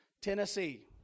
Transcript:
Tennessee